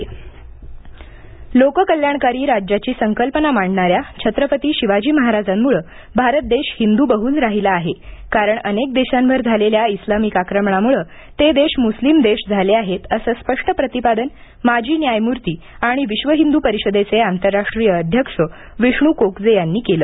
पुरुतक प्रकाशन लोककल्याणकारी राज्याची संकल्पना मांडणाऱ्या छत्रपती शिवाजी महाराजांमुळे भारत देश हिंदू बहूल राहिला आहे कारण अनेक देशांवर झालेल्या इस्लामिक आक्रमणामुळे ते देश मुस्लिम देश झाले आहेत असं स्पष्ट प्रतिपादन माजी न्यायमूर्ती आणि विश्व हिंदू परिषदेचे आंतरराष्ट्रीय अध्यक्ष विष्णू कोकजे यांनी केलं